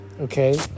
Okay